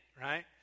right